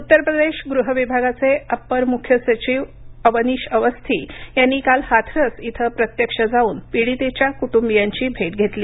उत्तर प्रदेश गृह विभागाचे अपर मुख्य सचिव अवनीश अवस्थी यांनी काल हाथरस इथे प्रत्यक्ष जाऊन पिडितेच्या कुटुंबियांची भेट घेतली